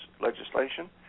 legislation